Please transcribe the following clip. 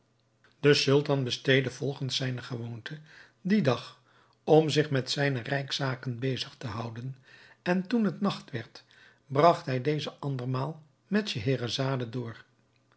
de sultan besteedde volgens zijne gewoonte dien dag om zich met zijne rijkszaken bezig te houden en toen het nacht werd bragt hij dezen andermaal met scheherazade door